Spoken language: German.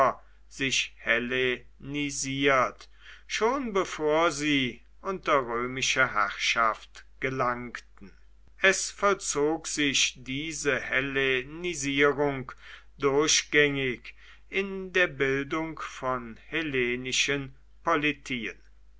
sich hellenisiert schon bevor sie unter römische herrschaft gelangten es vollzog sich diese hellenisierung durchgängig in der bildung von hellenischen politien